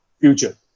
future